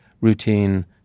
routine